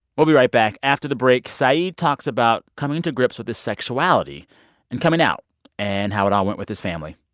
we'll be right back. after the break, saeed talks about coming to grips with his sexuality and coming out and how it all went with his family.